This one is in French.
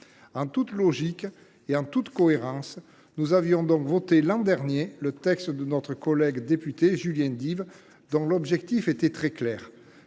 En toute logique et en toute cohérence, nous avions donc voté, l’an dernier, le texte de notre collègue député Julien Dive, dont l’objectif était très clair